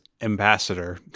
ambassador